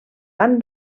van